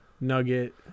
Nugget